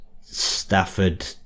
Stafford